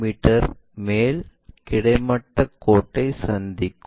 me மேல் கிடைமட்ட கோட்டை சந்திக்கும்